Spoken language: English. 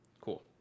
Cool